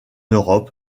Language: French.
europe